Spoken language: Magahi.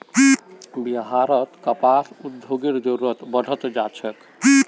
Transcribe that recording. बिहारत कपास उद्योगेर जरूरत बढ़ त जा छेक